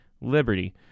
Liberty